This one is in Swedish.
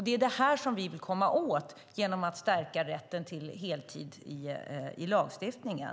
Det är detta vi vill komma åt genom att stärka rätten till heltid i lagstiftningen.